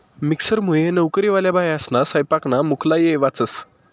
मिक्सरमुये नवकरीवाल्या बायास्ना सैपाकना मुक्ला येय वाचस